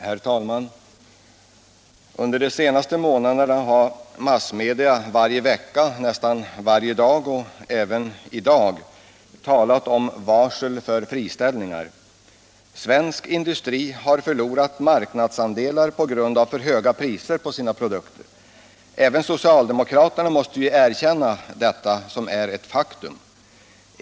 Herr talman! Under de senaste månaderna har massmedia varje vecka, nästan varje dag — och även i dag — rapporterat varsel om friställningar. Svensk industri har förlorat marknadsandelar på grund av för höga priser på sina produkter. Även socialdemokraterna måste erkänna detta faktum.